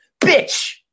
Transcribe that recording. bitch